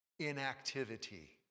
inactivity